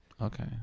Okay